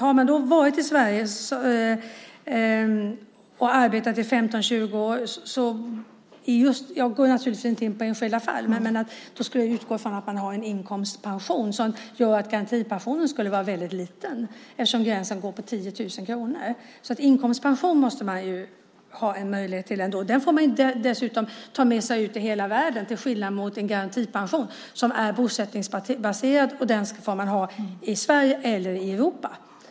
Har man då varit i Sverige och arbetat i 15-20 år - jag går naturligtvis inte in på enskilda fall - skulle jag utgå ifrån att man har en inkomstpension som gör att garantipensionen skulle vara väldigt liten eftersom gränsen går vid 10 000 kronor. Inkomstpension måste man ju ha möjlighet till, och den får man dessutom ta med sig ut i hela världen, till skillnad mot en garantipension, som är bosättningsbaserad. Den får man ha i Sverige eller Europa.